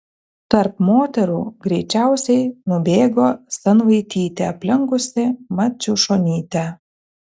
tarp moterų greičiausiai nubėgo sanvaitytė aplenkusi maciušonytę